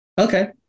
Okay